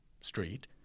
street